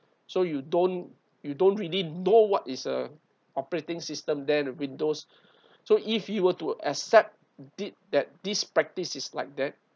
so you don't you don't really know what is a operating system then windows so if he were to accept did that this practice is like that